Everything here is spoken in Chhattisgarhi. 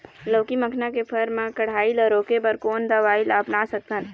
लाउकी मखना के फर मा कढ़ाई ला रोके बर कोन दवई ला अपना सकथन?